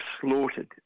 slaughtered